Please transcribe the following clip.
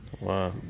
Wow